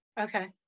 okay